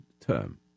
term